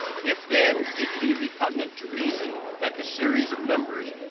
if then it be repugnant to reason that the series of numbers,